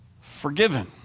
Forgiven